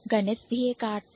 गणित भी एक Art था